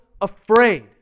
afraid